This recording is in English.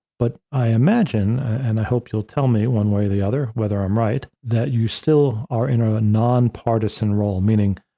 but i imagine, and i hope you'll tell me one way or the other, whether i'm right, that you still are in a ah nonpartisan role, meaning,